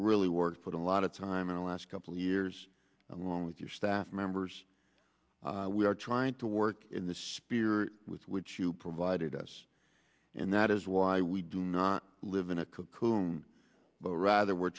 really work put a lot of time in the last couple of years along with your staff members we are trying to work in the spirit with which you provided us and that is why we do not live in a cocoon but rather we're